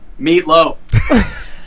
Meatloaf